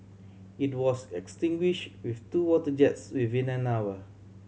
it was extinguish with two water jets within an hour